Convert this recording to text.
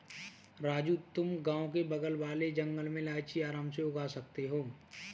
राजू तुम गांव के बगल वाले जंगल में इलायची आराम से उगा सकते हो